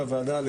וגם בוועדה פה